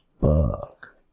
Fuck